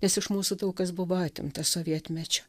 nes iš mūsų daug kas buvo atimta sovietmečiu